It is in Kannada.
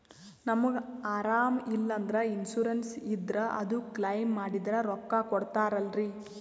ನಮಗ ಅರಾಮ ಇಲ್ಲಂದ್ರ ಇನ್ಸೂರೆನ್ಸ್ ಇದ್ರ ಅದು ಕ್ಲೈಮ ಮಾಡಿದ್ರ ರೊಕ್ಕ ಕೊಡ್ತಾರಲ್ರಿ?